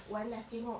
one last tengok